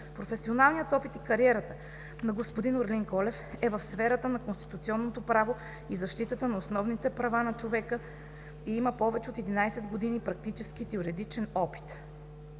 Професионалният опит и кариерата на господин Орлин Колев е в сферата на Конституционното право и защита на основните права на човека и има повече от 11 години практически и теоретичен опит.